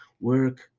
work